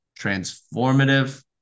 transformative